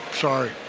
Sorry